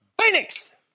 Phoenix